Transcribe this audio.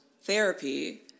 therapy